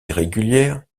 irrégulière